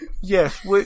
Yes